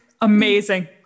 Amazing